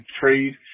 trade